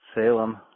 Salem